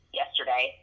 yesterday